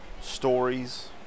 stories